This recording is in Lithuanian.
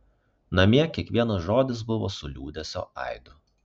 namie kiekvienas žodis buvo su liūdesio aidu